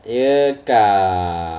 ya kak